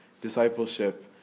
discipleship